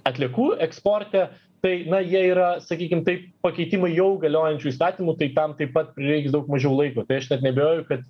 atliekų eksporte tai na jie yra sakykim taip pakeitimai jau galiojančių įstatymų tai tam taip pat prireiks daug mažiau laiko tai aš net neabejoju kad